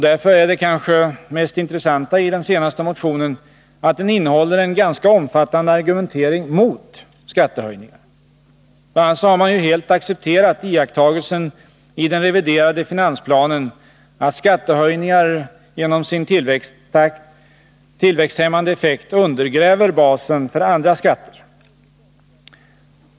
Därför är det kanske mest intressanta i den senaste motionen att den innehåller en ganska omfattande argumentering mot skattehöjningar. Bl. a. har man helt accepterat iakttagelsen i den reviderade finansplanen att skattehöjningar genom sin tillväxthämmande effekt undergräver basen för andra skatter.